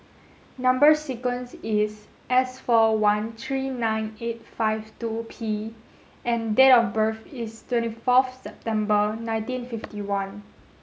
number sequence is S four one three nine eight five two P and date of birth is twenty fourth September nineteen fifty one